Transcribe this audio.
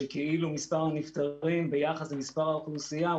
שכאילו מספר הנפטרים ביחס למספר האוכלוסייה,